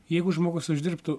jeigu žmogus uždirbtų